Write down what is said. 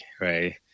right